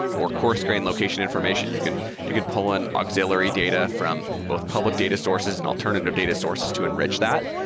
or coarse-grained location information you can you can pull in auxiliary data from both public data sources and alternative data sources to enrich that?